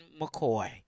McCoy